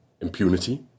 impunity